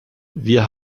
wir